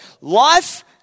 Life